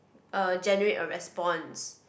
uh generate a response